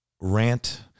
rant